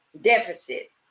deficit